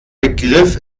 begriff